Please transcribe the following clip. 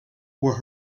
were